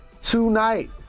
Tonight